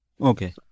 Okay